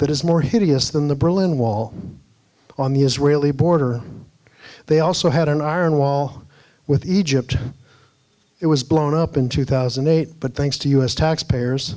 that is more hideous than the berlin wall on the israeli border they also had an iron wall with egypt it was blown up in two thousand and eight but thanks to us taxpayers